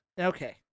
Okay